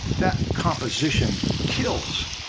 that composition kills,